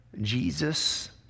Jesus